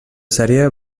sèrie